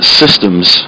systems